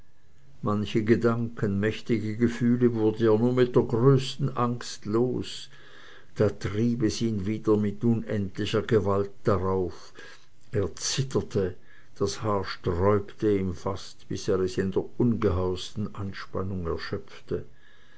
manche gedanken mächtige gefühle wurde er nur mit der größten angst los da trieb es ihn wieder mit unendlicher gewalt darauf er zitterte das haar sträubte ihm fast bis er es in der ungeheuersten anspannung erschöpfte